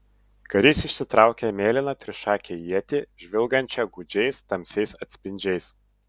karys išsitraukė mėlyną trišakę ietį žvilgančią gūdžiais tamsiais atspindžiais